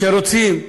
כשרוצים,